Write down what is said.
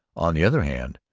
on the other hand,